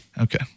Okay